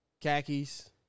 khakis